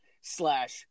slash